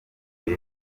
bihe